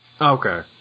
Okay